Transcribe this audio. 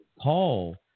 Paul